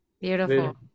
Beautiful